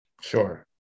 Sure